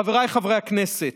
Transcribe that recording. חבריי חברי הכנסת,